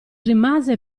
rimase